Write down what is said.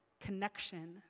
connection